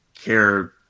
care